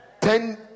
Ten